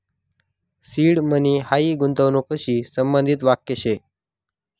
seed money हायी गूंतवणूकशी संबंधित वाक्य शे